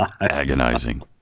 Agonizing